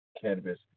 Cannabis